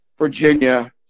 Virginia